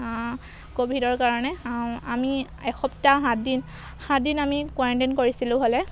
ক'ভিডৰ কাৰণে আমি এসপ্তাহ সাতদিন সাতদিন আমি কোৱাৰেণ্টেইন কৰিছিলোঁ হ'লে